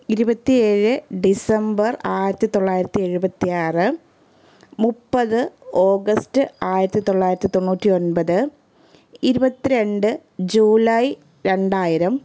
ഇരുപത്തി ഏഴ് ഡിസംബർ ആയിരത്തി തൊള്ളായിരത്തി എഴുപത്തി ആറ് മുപ്പത് ഓഗസ്റ്റ് ആയിരത്തി തൊള്ളായിരത്തി തൊണ്ണൂറ്റി ഒൻപത് ഇരുപത്തി രണ്ട് ജൂലായ് രണ്ടായിരം